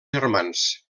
germans